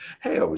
Hey